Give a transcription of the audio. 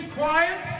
quiet